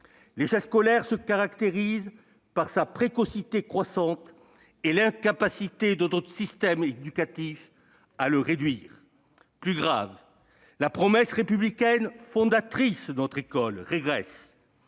L'échec scolaire se caractérise par sa précocité croissante et l'incapacité de notre système éducatif à le réduire. Il a raison ! Plus grave, la promesse républicaine fondatrice de notre école régresse.